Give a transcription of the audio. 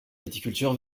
viticulture